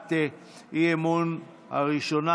בהבעת האי-אמון הראשונה.